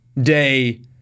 day